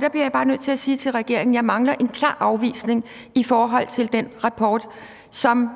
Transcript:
Der bliver jeg bare nødt til at sige til regeringen, at jeg mangler en klar afvisning i forhold til den rapport, der